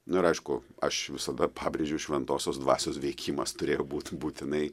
nu ir aišku aš visada pabrėžiu šventosios dvasios veikimas turėjo būt būtinai